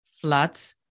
floods